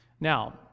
Now